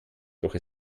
doch